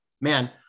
man